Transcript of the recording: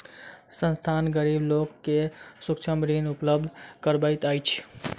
संस्थान, गरीब लोक के सूक्ष्म ऋण उपलब्ध करबैत अछि